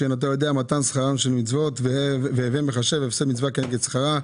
שאין אתה יודע מתן שכאן של מצוות./ והווי מחשב הפסד מצוה כנגד שכרה,